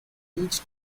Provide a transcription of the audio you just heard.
each